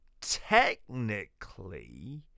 technically